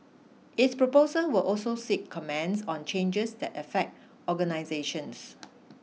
its proposals will also seek comments on changes that affect organisations